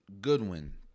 Goodwin